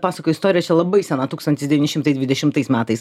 pasako istoriją čia labai sena tūkstantis devyni šimtai dvidešimtais metais